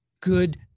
good